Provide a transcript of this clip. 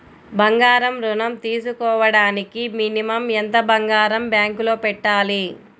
బంగారం ఋణం తీసుకోవడానికి మినిమం ఎంత బంగారం బ్యాంకులో పెట్టాలి?